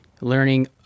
learning